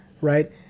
Right